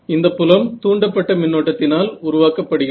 இந்த புலம் தூண்டப்பட்ட மின்னோட்டத்தினால் உருவாக்கப்படுகிறது